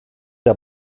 der